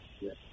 Yes